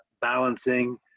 balancing